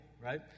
right